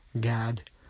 God